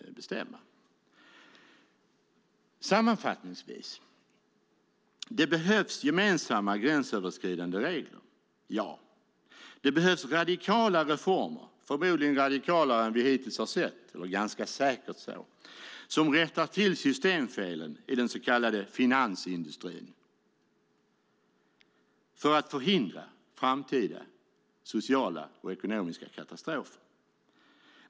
Det behövs, sammanfattningsvis, gemensamma gränsöverskridande regler. Det behövs radikala reformer, säkert mer radikala än de vi hittills har sett, som rättar till systemfelen i den så kallade finansindustrin för att förhindra framtida sociala och ekonomiska katastrofer.